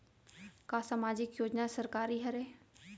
का सामाजिक योजना सरकारी हरे?